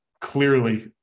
clearly